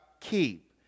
keep